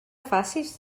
facis